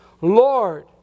Lord